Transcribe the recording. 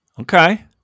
Okay